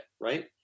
Right